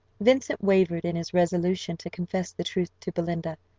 vincent wavered in his resolution to confess the truth to belinda.